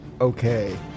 Okay